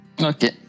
okay